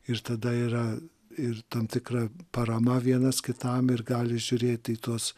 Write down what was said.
ir tada yra ir tam tikra parama vienas kitam ir gali žiūrėti į tuos